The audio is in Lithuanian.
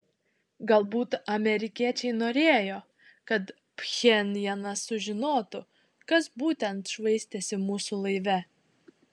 galbūt amerikiečiai norėjo kad pchenjanas sužinotų kas būtent švaistėsi mūsų laive